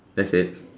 that's it